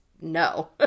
no